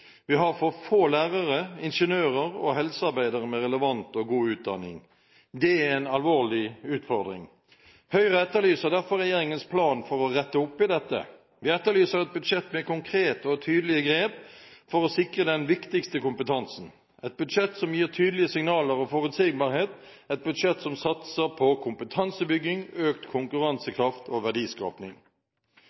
Vi har for få lærere, ingeniører og helsearbeidere med relevant og god utdanning. Det er en alvorlig utfordring. Høyre etterlyser derfor regjeringens plan for å rette opp i dette. Vi etterlyser et budsjett med konkrete og tydelige grep for å sikre den viktigste kompetansen – et budsjett som gir tydelige signaler og forutsigbarhet, et budsjett som satser på kompetansebygging, økt konkurransekraft og